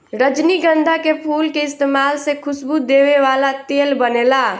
रजनीगंधा के फूल के इस्तमाल से खुशबू देवे वाला तेल बनेला